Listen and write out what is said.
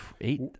Eight